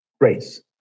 race